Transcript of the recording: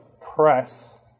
press